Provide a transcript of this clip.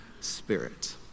Spirit